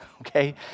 okay